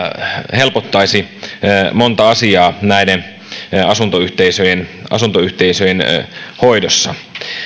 helpottaisi montaa asiaa näiden asuntoyhteisöjen asuntoyhteisöjen hoidossa